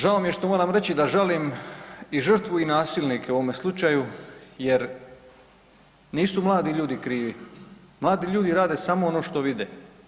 Žao mi je što moram reći da žalim i žrtvu i nasilnike u ovome slučaju jer nisu mladi ljudi krivi, mladi ljudi rade samo ono što vide.